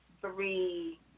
three